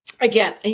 Again